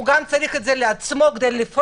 כי באמצעותו הוא יכול לפרוק